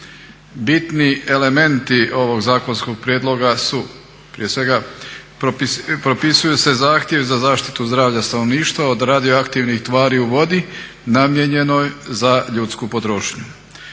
Bitni elementi ovog zakonskog prijedloga su prije svega propisuju se zahtjevi za zaštitu zdravlja stanovništva od radioaktivnih tvari u vodi namijenjenoj za ljudsku potrošnju.